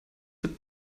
wird